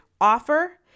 offer